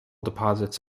deposits